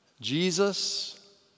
Jesus